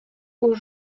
aux